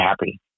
happy